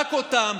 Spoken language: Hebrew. רק אותם,